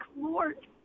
Lord